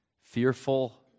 fearful